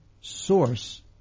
source